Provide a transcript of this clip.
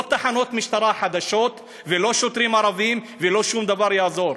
לא תחנות משטרה חדשות ולא שוטרים ערבים ולא שום דבר לא יעזור.